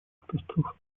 катастрофы